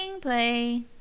play